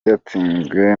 yatsinzwe